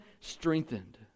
strengthened